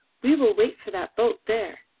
we will wait for that boat there.